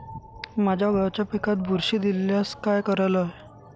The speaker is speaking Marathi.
माझ्या गव्हाच्या पिकात बुरशी दिसल्यास काय करायला हवे?